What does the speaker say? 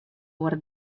oare